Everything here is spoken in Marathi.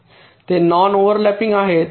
ते नॉन ओव्हरलॅपिंग आहेत